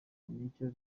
n’icyo